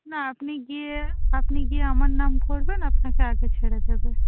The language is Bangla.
না আপনি গিয়ে আপনি গিয়ে আমার নাম করবেন আপনাকে আগে ছেড়ে দেবে